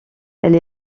elle